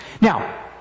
Now